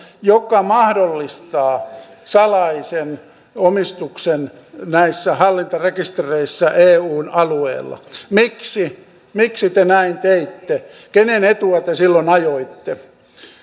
joka mahdollistaa salaisen omistuksen näissä hallintarekistereissä eun alueella miksi miksi te näin teitte kenen etua te silloin ajoitte